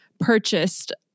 purchased